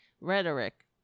rhetoric